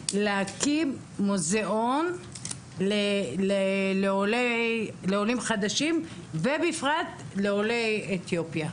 להקים מוזיאון לעולים חדשים ובפרט לעולי אתיופיה.